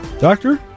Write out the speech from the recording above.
Doctor